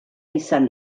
izan